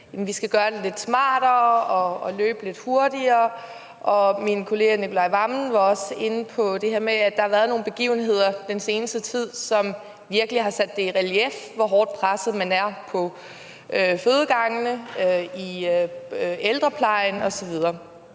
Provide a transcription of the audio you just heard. at man skal gøre det lidt smartere og løbe lidt hurtigere. Min kollega Nicolai Wammen var også inde på det her med, at der har været nogle begivenheder i den seneste tid, som virkelig har sat i relief, hvor hårdt presset man er på fødegangene, i ældreplejen osv.